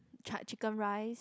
Chared Chicken Rice